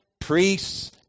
priests